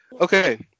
Okay